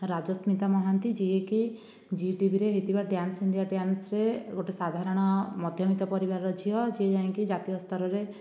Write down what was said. ରାଜସ୍ମିତା ମହାନ୍ତି ଯିଏକି ଜି ଟିଭିରେ ହେଇଥିବା ଡ୍ୟାନ୍ସ ଇଣ୍ଡିଆ ଡ୍ୟାନ୍ସରେ ଗୋଟିଏ ସାଧାରଣ ମଧ୍ୟବିତ୍ତ ପରିବାରର ଝିଅ ସିଏ ଯାଇକି ଜାତୀୟ ସ୍ତରରେ